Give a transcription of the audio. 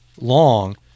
long